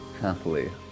Happily